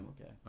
Okay